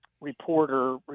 reporter